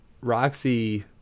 Roxy